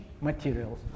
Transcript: materials